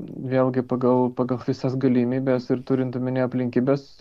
vėlgi pagal pagal visas galimybes ir turint omenyje aplinkybes